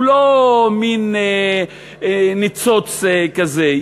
הוא לא מין ניצוץ כזה.